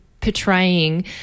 portraying